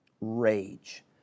rage